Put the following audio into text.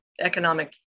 economic